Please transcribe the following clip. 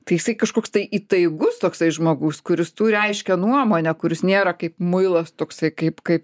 tai jisai kažkoks tai įtaigus toksai žmogus kuris turi aiškią nuomonę kuris nėra kaip muilas toksai kaip kaip